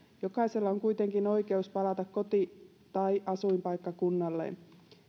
jokaisella on kuitenkin oikeus palata koti tai asuinpaikkakunnalleen